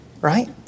Right